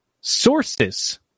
Sources